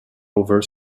over